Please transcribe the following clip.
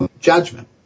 judgment